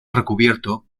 recubierto